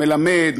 מלמד,